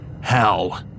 hell